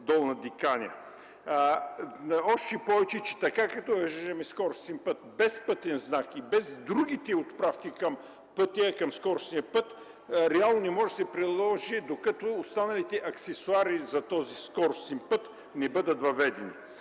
Долна Диканя. Още повече, така като въвеждаме скоростен път без пътен знак и без другите отправки към скоростния път, реално той не може да се приложи, докато останалите аксесоари за този скоростен път не бъдат въведени.